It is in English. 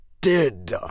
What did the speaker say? did